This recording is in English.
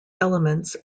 elements